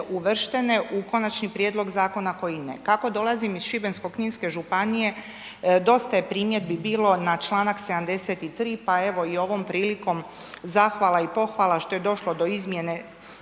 uvrštene u konačni prijedlog zakona, koji ne. Kako dolazim iz Šibensko-kninske županije dosta je primjedbi bilo na članak 73., pa evo i ovom prilikom zahvala i pohvala što je došlo do izmjene